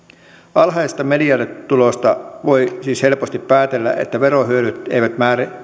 alhaisista mediaanituloista voi siis helposti päätellä että verohyödyt eivät